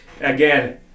Again